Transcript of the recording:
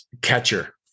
catcher